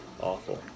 Awful